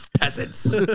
peasants